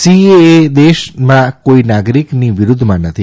CAA દેશના કોઈ નાગરિકની વિરુદ્ધમાં નથી